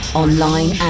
online